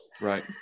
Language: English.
Right